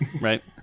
Right